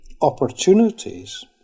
opportunities